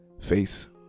face